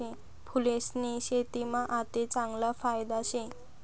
फूलेस्नी शेतीमा आते चांगला फायदा शे